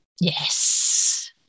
Yes